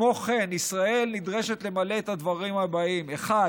2. כמו כן ישראל נדרשת למלא את הדברים הבאים: א.